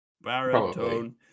Baritone